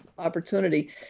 opportunity